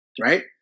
right